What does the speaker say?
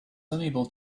unable